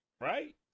right